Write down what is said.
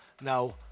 Now